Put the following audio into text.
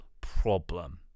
problem